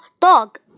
dog